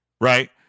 right